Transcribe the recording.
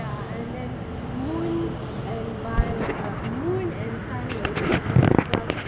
ya and then moon and bai like moon and sun